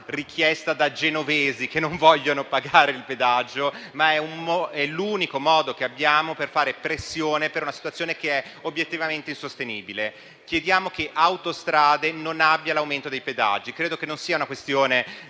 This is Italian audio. richiesta da genovesi che non vogliono pagare il pedaggio, ma è l'unico modo che abbiamo per fare pressione rispetto a una situazione che è obiettivamente insostenibile. Chiediamo che la società Autostrade non possa applicare l'aumento dei pedaggi. Credo che non sia una questione